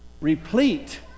replete